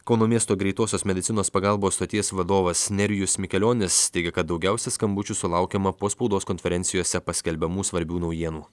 kauno miesto greitosios medicinos pagalbos stoties vadovas nerijus mikelionis teigė kad daugiausia skambučių sulaukiama po spaudos konferencijose paskelbiamų svarbių naujienų